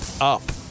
up